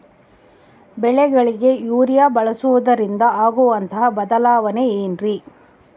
ಬೆಳೆಗಳಿಗೆ ಯೂರಿಯಾ ಬಳಸುವುದರಿಂದ ಆಗುವಂತಹ ಬದಲಾವಣೆ ಏನ್ರಿ?